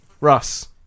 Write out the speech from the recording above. Russ